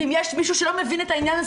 ואם יש מישהו שלא מבין את העניין הזה